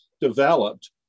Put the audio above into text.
developed